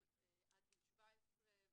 היינו פה בשנת 2016,